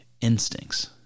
instincts